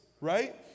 right